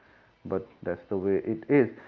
but that's the way it is.